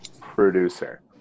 producer